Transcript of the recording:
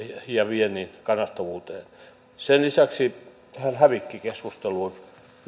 ja viennin kannattavuuteen sen lisäksi tähän hävikkikeskusteluun